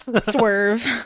Swerve